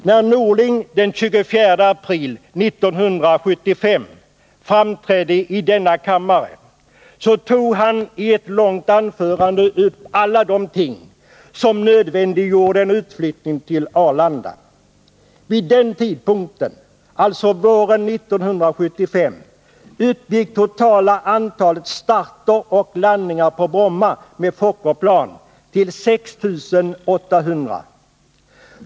När Bengt Norling den 24 april 1975 framträdde i denna kammare, så tog han i ett långt anförande upp alla de ting som nödvändiggjorde en utflyttning till Arlanda. Vid den tidpunkten — alltså våren 1975 — uppgick det totala antalet starter och landningar på Bromma med Fokkerplan till 6 800.